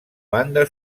banda